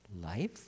life